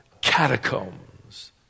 catacombs